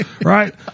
Right